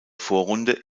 vorrunde